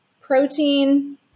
protein